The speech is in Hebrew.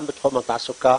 גם בתחום התעסוקה